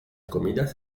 comidas